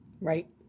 Right